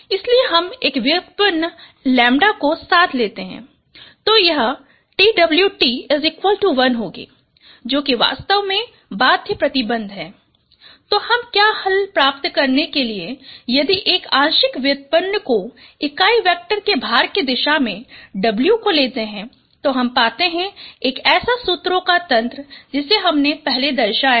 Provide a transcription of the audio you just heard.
इसलिए हम एक व्युत्पन्न लेम्ब्डा को साथ लेते हैं तो यह WTW1 होगी जो कि वास्तव में बाध्य प्रतिबन्ध है तो हम क्या हल प्राप्त करने के लिए यदि एक आंशिक व्युत्पन्न को इकाई वेक्टर के भार की दिशा में W को लेते हैं तो हम पाते हैं एक ऐसा सूत्रों का तंत्र जिसे हमने पहले दर्शाया है